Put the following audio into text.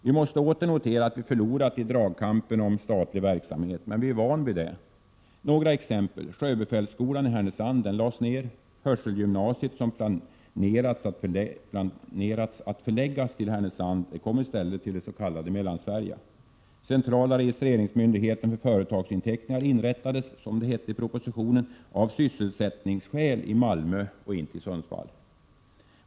Vi måste åter notera att vi förlorat dragkampen om statlig verksamhet. Men vi är vana vid sådant. Några exempel: Sjöbefälsskolan i Härnösand lades ned. Hörselgymnasiet, som man planerat skulle förläggas till Härnösand, förlades i stället till Mellansverige. Centrala registreringsmyndigheten för företagsinteckningar inrättades av — som det heter i propositionen — sysselsättningsskäl i Malmö, inte i Sundsvall.